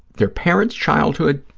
their parents' childhood,